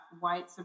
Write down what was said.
white